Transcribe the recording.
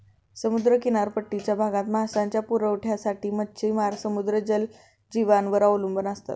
समुद्र किनारपट्टीच्या भागात मांसाच्या पुरवठ्यासाठी मच्छिमार समुद्री जलजीवांवर अवलंबून असतात